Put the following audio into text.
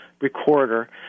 recorder